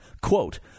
Quote